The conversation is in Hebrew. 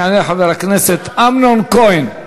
יעלה חבר הכנסת אמנון כהן.